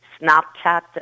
Snapchat